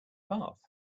bath